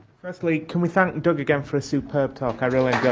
firstly, can we thank doug again for a superb talk, i really